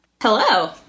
Hello